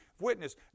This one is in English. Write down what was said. witness